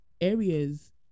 areas